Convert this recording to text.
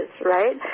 right